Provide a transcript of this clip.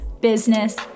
business